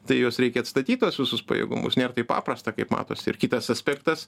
tai juos reikia atstatyt tuos visus pajėgumus nėr taip paprasta kaip matosi ir kitas aspektas